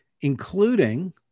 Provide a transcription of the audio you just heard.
including